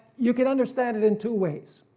you can understand it in two ways.